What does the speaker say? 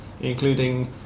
including